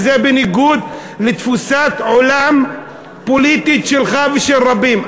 וזה בניגוד לתפיסת עולם פוליטית שלך ושל רבים.